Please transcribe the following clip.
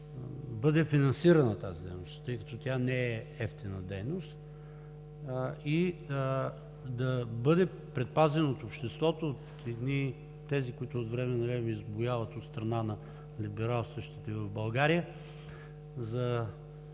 да бъде финансирана тази дейност, тъй като тя не е евтина. И да бъде предпазено обществото от едни тези, които от време на време избуяват от страна на либералстващите в България